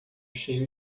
cheio